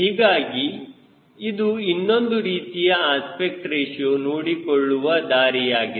ಹೀಗಾಗಿ ಇದು ಇನ್ನೊಂದು ರೀತಿಯ ಅಸ್ಪೆಕ್ಟ್ ರೇಶಿಯೋ ನೋಡಿಕೊಳ್ಳುವ ದಾರಿಯಾಗಿದೆ